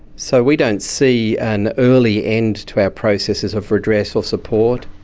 so we don't see an early end to our processes of redress or support.